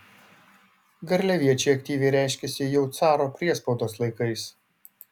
garliaviečiai aktyviai reiškėsi jau caro priespaudos laikais